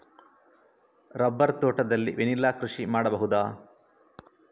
Rubber ತೋಟದಲ್ಲಿ vanilla ಕೃಷಿ ಮಾಡಬಹುದಾ?